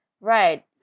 right